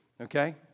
okay